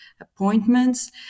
appointments